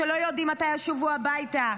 שלא יודעים מתי ישובו הביתה,